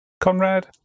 Conrad